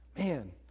Man